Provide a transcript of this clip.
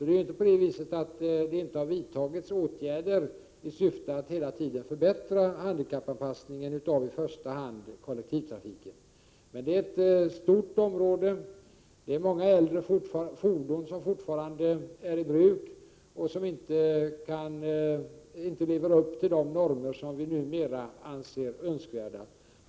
Det är inte på det viset att det inte har vidtagits åtgärder i syfte att hela tiden förbättra handikappanpassningen av i första hand kollektivtrafiken. Der är emellertid ett stort område, det är många äldre fordon som fortfarande är i bruk, och som inte lever upp till de normer vi numera anser önskvärda.